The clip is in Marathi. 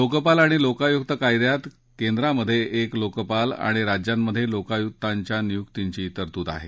लोकपाल आणि लोकायुक्त कायद्यात केंद्रात एक लोकपाल आणि राज्यांमध्ये लोकायुकांच्या नियुक्तीची तरतूद आहे